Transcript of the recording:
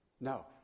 No